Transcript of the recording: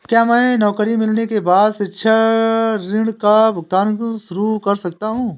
क्या मैं नौकरी मिलने के बाद शिक्षा ऋण का भुगतान शुरू कर सकता हूँ?